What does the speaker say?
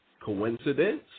Coincidence